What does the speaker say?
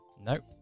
Nope